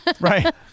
Right